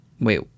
wait